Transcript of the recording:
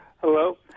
Hello